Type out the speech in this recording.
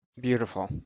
Beautiful